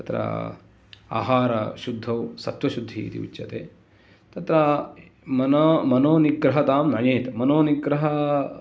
तत्र आहारशुद्धौ सत्त्वशुद्धि इति उच्यते तत्र मनो मनोनिग्रहतां नयेत् मनोनिग्रह